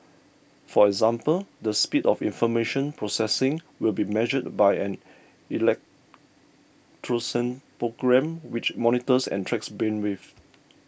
for example the speed of information processing will be measured by an program which monitors and tracks brain waves